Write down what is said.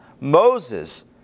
Moses